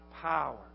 Power